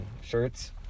shirts